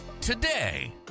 today